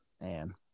Man